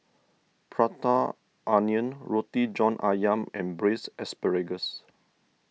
Prata Onion Roti John Ayam and Braised Asparagus